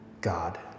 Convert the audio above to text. God